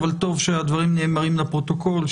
אבל טוב שהדברים נאמרים לפרוטוקול,